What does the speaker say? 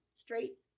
straight